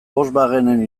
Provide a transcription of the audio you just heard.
volkswagenen